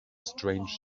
strange